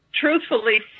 truthfully